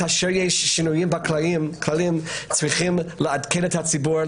כשיש שינויים בכללים צריכים לעדכן את הציבור,